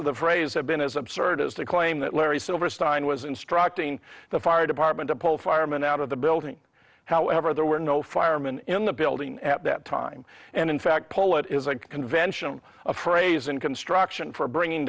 of the phrase have been as absurd as the claim that larry silverstein was instructing the fire department to pull firemen out of the building however there were no firemen in the building at that time and in fact paul it is a convention of praise in construction for bringing